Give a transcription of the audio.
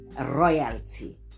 royalty